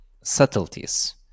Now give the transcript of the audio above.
subtleties